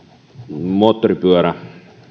moottoripyörä